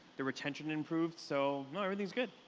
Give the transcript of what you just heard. the retention improved. so everything is good.